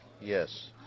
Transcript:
Yes